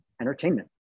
entertainment